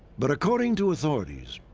but according to authorities,